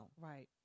Right